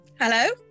Hello